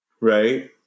right